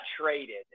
traded